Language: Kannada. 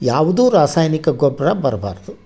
ಯಾವುದು ರಾಸಾಯನಿಕ ಗೊಬ್ಬರ ಬರ್ಬಾರದು